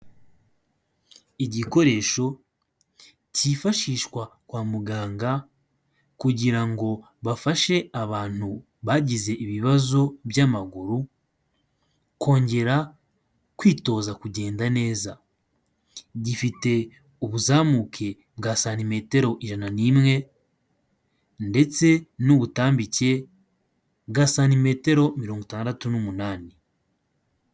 Igikoresho cyifashishwa kwa muganga kugira ngo bafashe abantu bagize ibibazo by'amaguru kongera kwitoza kugenda neza, gifite ubuzamuke bwa santimetero ijana n'imwe ndetse n'ubutambike bwa santimetero mirongo itandatu n'umunani.